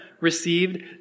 received